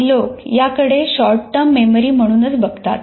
काही लोक याकडे शॉर्ट मेमरी म्हणूनच बघतात